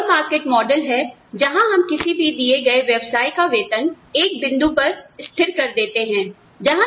श्रम बाजार मॉडल है जहां हम किसी भी दिए गए व्यवसाय का वेतन एक बिंदु पर स्थिर कर देते हैं